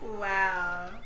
Wow